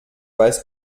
weiß